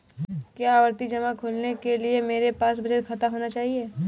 क्या आवर्ती जमा खोलने के लिए मेरे पास बचत खाता होना चाहिए?